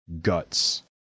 guts